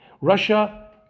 Russia